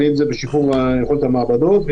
בשיפור יכולת המעבדות,